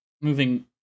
moving